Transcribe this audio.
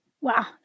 Wow